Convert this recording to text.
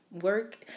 Work